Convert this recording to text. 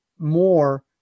more